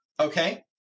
okay